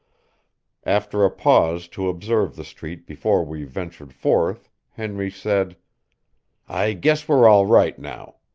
after a pause to observe the street before we ventured forth, henry said i guess we're all right now.